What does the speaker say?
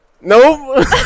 Nope